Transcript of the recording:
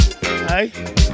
Hey